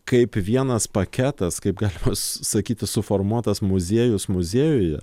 kaip vienas paketas kaip galima sakyti suformuotas muziejus muziejuje